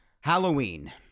Halloween